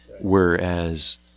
Whereas